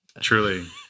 Truly